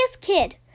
kid